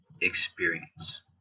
experience